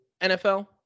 NFL